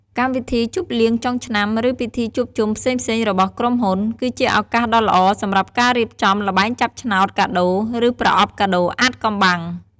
កម្មវិធីជប់លៀងចុងឆ្នាំ ឬពិធីជួបជុំផ្សេងៗរបស់ក្រុមហ៊ុន គឺជាឱកាសដ៏ល្អសម្រាប់ការរៀបចំ ល្បែងចាប់ឆ្នោតកាដូរ ឬ ប្រអប់កាដូរអាថ៌កំបាំង។